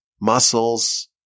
muscles